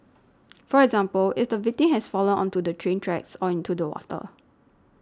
for example if the victim has fallen onto the train tracks or into the water